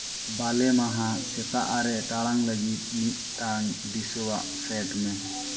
ᱵᱟᱞᱮ ᱢᱟᱦᱟ ᱥᱮᱛᱟᱜ ᱟᱨᱮ ᱴᱟᱲᱟᱝ ᱞᱟᱹᱜᱤᱫ ᱢᱤᱫᱴᱟᱝ ᱫᱤᱥᱟᱹᱣᱟᱜ ᱥᱮᱴ ᱢᱮ